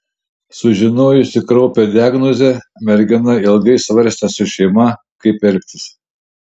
sužinojusi kraupią diagnozę mergina ilgai svarstė su šeima kaip elgtis